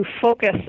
focus